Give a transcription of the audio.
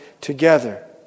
together